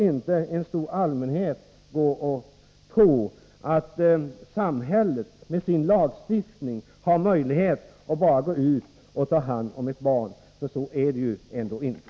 Den stora allmänheten får inte tro att samhället med stöd av sin lagstiftning har möjlighet att bara gå ut och ta hand om ett barn. Så förhåller det sig ju ändå inte.